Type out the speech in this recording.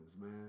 man